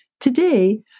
Today